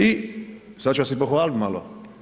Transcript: I sad ću vas i pohvaliti malo.